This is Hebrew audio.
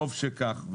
וטוב שכך.